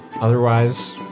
Otherwise